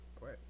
Right